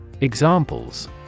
Examples